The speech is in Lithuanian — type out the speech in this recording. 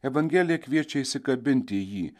evangelija kviečia įsikabinti į jį